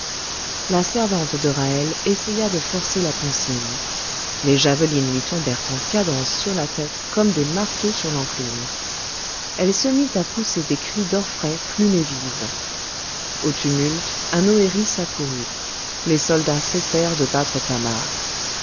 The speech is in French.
la servante de ra'hel essaya de forcer la consigne les javelines lui tombèrent en cadence sur la tête comme des marteaux de l'enclume elle se mit à pousser des cris d'orfraie plumée vive au tumulte un oëris accourut les soldats cessèrent de battre